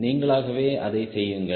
நீங்களாகவே அதை செய்யுங்கள்